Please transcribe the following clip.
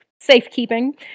safekeeping